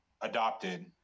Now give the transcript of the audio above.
adopted